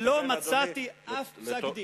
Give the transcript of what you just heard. אתה מתכוון לטורעאן.